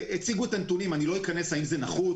הציגו את הנתונים ואני לא אכנס לשאלה האם זה נחוץ,